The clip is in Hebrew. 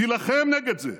תילחם נגד זה.